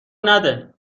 نده